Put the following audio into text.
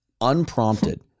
unprompted